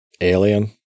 Alien